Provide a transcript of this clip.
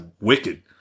wicked